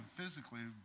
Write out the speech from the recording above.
physically